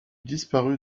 disparut